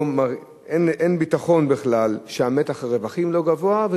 אין ביטחון בכלל שמתח הרווחים לא גבוה,